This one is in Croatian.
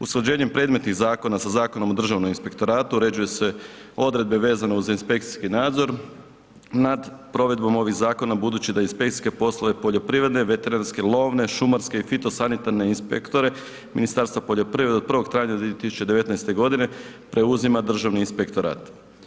Usklađenjem predmetnih zakona sa Zakonom o Državnom inspektoratu uređuje se odredbe vezano uz inspekcijski nadzor nad provedbom ovih zakona budući da inspekcijske poslove poljoprivrede, veterinarske, lovne, šumarske i fitosanitarne inspektore Ministarstva poljoprivrede od 1. travnja 2019. godine preuzima Državni inspektorat.